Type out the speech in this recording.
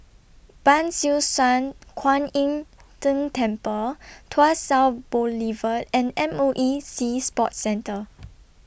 Ban Siew San Kuan Im Tng Temple Tuas South Boulevard and M O E Sea Sports Centre